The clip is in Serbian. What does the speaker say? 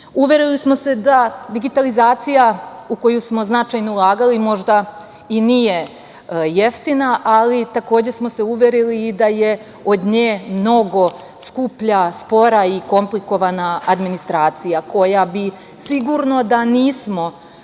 smo se da digitalizacija u koju smo značajno ulagali možda i nije jeftina, ali takođe smo se uverili i da je od nje mnogo skuplja, spora i komplikovana administracija, koja bi sigurno, da nismo u nju